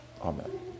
Amen